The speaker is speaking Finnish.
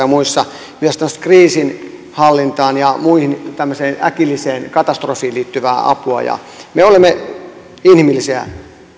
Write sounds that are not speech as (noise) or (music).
(unintelligible) ja muissa myös kriisinhallintaan ja muihin tämmöisiin äkillisiin katastrofeihin liittyvää apua me olemme inhimillisiä